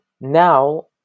now